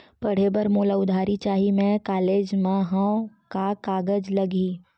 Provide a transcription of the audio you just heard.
पढ़े बर मोला उधारी चाही मैं कॉलेज मा हव, का कागज लगही?